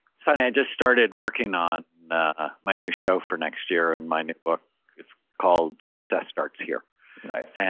it's funny, i just started working on ah my new show for next year and my new book it's called, success starts here nice and